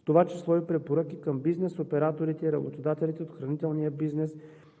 в това число и препоръки към бизнес операторите и работодателите в охранителния бизнес